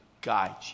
guide